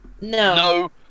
No